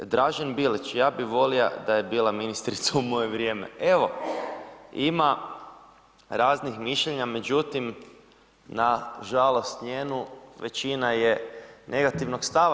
Dražen Bilić, ja bi volia da je bila ministrica u moje vrijeme, evo, ima raznih mišljenja, međutim, nažalost njenu, većina je negativnog stava.